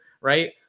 right